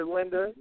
Linda